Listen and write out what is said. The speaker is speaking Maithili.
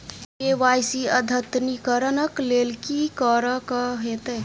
के.वाई.सी अद्यतनीकरण कऽ लेल की करऽ कऽ हेतइ?